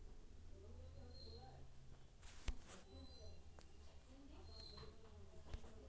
ನಾಟಿ ಕೋಳಿ ಮತ್ತ ಫಾರಂ ಕೋಳಿ ನಡುವೆ ಇರೋ ವ್ಯತ್ಯಾಸಗಳೇನರೇ?